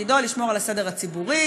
תפקידו לשמור על הסדר הציבורי,